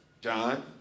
John